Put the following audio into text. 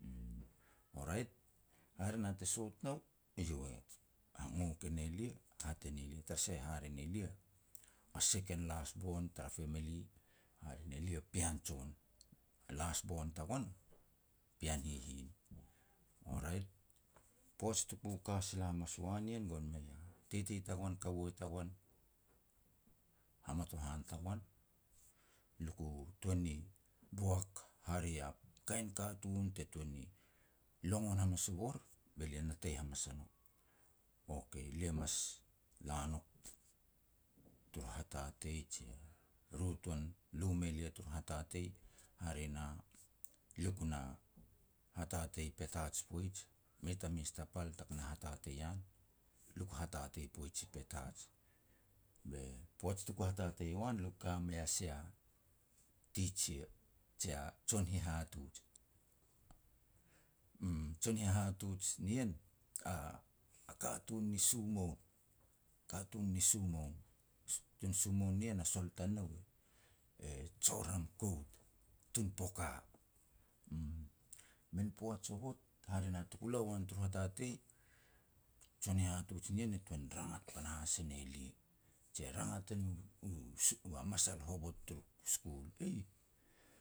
O rait, hare na te sot nau, eiau e ngok e ne lia, hat e ne lia, tara sah hare ne lia a second last born tara femeli, hare ne lia pean jon. A last born tagoan, a pean hihin. O rait, poaj tuku ka sila hamas uan ien gon mei a titi tagoan, kaua tagoan, hamatohan tagoan, luku tuan ni boak hare ya kain katun te tuan ni longon hamas u bor, be lia natei hamas a nouk. Okay, lia mas la nouk turu hatatei, jia ru tuan lu me lia turu hatatei, hare na, luk na hatatei Petats poij, mei ta mes ta pal tak na hatatei an. Luk hatatei poij i Petats. Be poaj tuk hatatei u an luk ka mei a sia teacher, jia jon hihatuj, uum, jon hihatuj nien a-a katun ni sumoun, katun ni sumoun. Tun sumoun nien a sol tanou e Joram Kout, tun Poka, uum. Min poaj hovot, hare na tuku la uan tur hatatei, jon hitatuj nien e tuan rangat panahas e ne lia, je rangat e nu-u su na masal hovot turu school, "Eih,